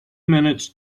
minutes